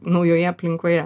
naujoje aplinkoje